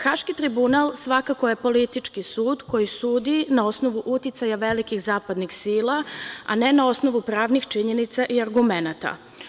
Haški tribunal svakako je politički sud koji sudi na osnovu uticaja velikih zapadnih sila, a ne na osnovu pravnih činjenica i argumenata.